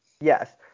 Yes